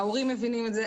ההורים מבינים את זה,